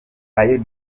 ayo